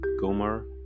Gomer